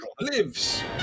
lives